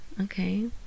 okay